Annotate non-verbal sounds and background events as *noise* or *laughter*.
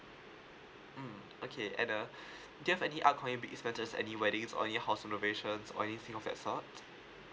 mm okay and uh *breath* do you have any upcoming big expenses any weddings or any house renovations or anything of that sort